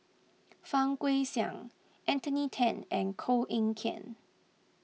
Fang Guixiang Anthony then and Koh Eng Kian